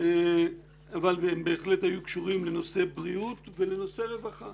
אבל הם בהחלט היו קשורים לנושא בריאות ולנושא רווחה.